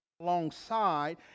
alongside